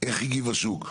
איך הגיב השוק.